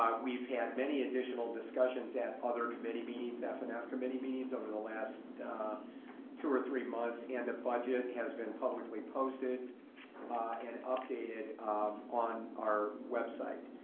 um we've had many additional discussions at other committee meetings, f and f committee meetings over the last two or three months and the budget has been publicly posted and updated on our website.